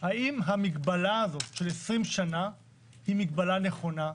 האם המגבלה הזאת של 20 שנה היא מגבלה נכונה.